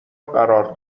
قرار